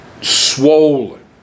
swollen